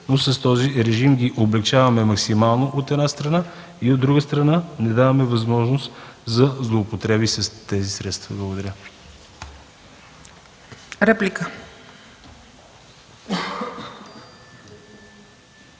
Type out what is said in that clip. но с този режим ги облекчаваме максимално, от една страна, и от друга страна – не даваме възможност за злоупотреби с тези средства. Благодаря.